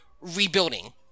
rebuilding